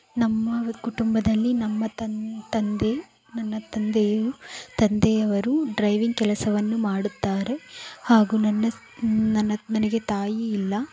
ನಮ್ಮ ಕುಟುಂಬದಲ್ಲಿ ನಮ್ಮ ತಂದ್ ತಂದೆ ನನ್ನ ತಂದೆಯು ತಂದೆಯವರು ಡ್ರೈವಿಂಗ್ ಕೆಲಸವನ್ನು ಮಾಡುತ್ತಾರೆ ಹಾಗೂ ನನ್ನ ನನ್ನ ನನಗೆ ತಾಯಿ ಇಲ್ಲ